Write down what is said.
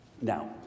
Now